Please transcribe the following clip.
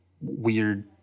weird